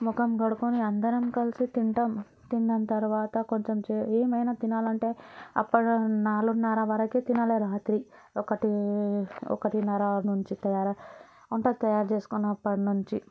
ముఖం కడుగుకుని అందరం కలిసి తింటాం తిన్న తర్వాత కొంచెం చే ఏమైన్నా తినాలంటే అప్పుడు నాలుగున్నర వరకు తినలేరు రాత్రి ఒకటి ఒకటిన్నర నుంచి తయారై వంట తయారు చేసుకునే అప్పటినుంచి